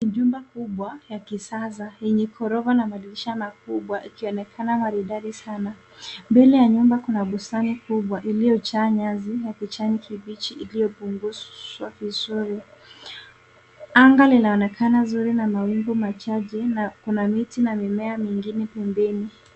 Ni jumba kubwa la kisasa yenye ghorofa na madirisha makubwa ikionekana maridadi sana, mbele ya nyumba kuna bustani kubwa iliyojaa nyasi ya kijani kibichi iliyopunguzwa vizuri, anga linaonekana zuri na mawingu machache na kuna miti na mimea mingi.